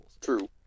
True